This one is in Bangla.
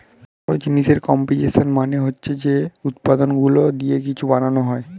কোন জিনিসের কম্পোসিশন মানে হচ্ছে যে উপাদানগুলো দিয়ে কিছু বানানো হয়